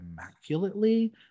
immaculately